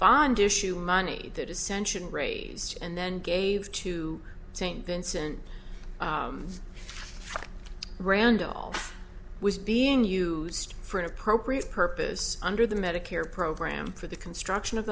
bond issue money that ascension raised and then gave to st vincent randolph was being used for an appropriate purpose under the medicare program for the construction of